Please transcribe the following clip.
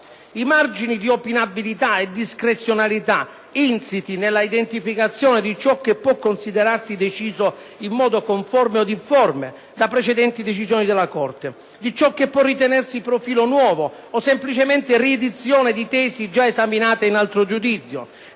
I margini di opinabilita e discrezionalitainsiti nella identificazione di cio che puoconsiderarsi deciso in modo «conforme» o «difforme» da precedenti decisioni della Corte, di cio che puoritenersi profilo «nuovo» o semplicemente riedizione di tesi gia esaminate in altro giudizio,